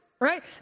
Right